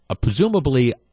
presumably